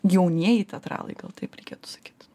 jaunieji teatralai gal taip reikėtų sakyt